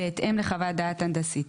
בהתאם לחוות דעת הנדסית,